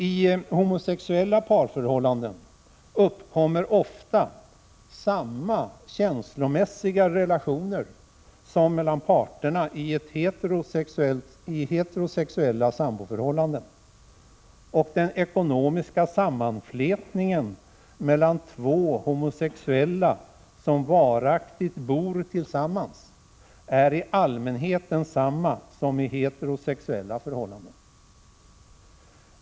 I homosexuella parförhållanden uppkommer ofta samma känslomässiga relationer som mellan parterna i heterosexuella samboförhållanden. Den ekonomiska sammanflätningen mellan två homosexuella som varaktigt bor tillsammans är i allmänhet densamma som i heterosexuella förhållanden.